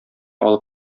алып